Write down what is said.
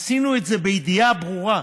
עשינו את זה בידיעה ברורה,